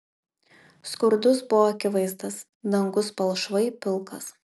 skurdus buvo akivaizdas dangus palšvai pilkas